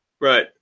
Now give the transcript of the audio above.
Right